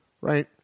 right